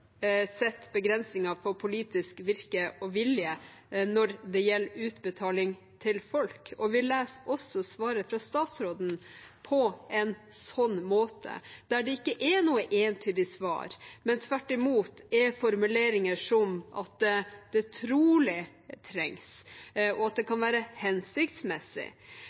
for politisk virke og vilje når det gjelder utbetaling til folk. Vi leser også svaret fra statsråden på en sånn måte, der det ikke er noe entydig svar, men tvert imot er formuleringer som at det trolig trengs, og at det kan være hensiktsmessig.